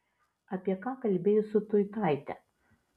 apie ką kalbėjai su tuitaite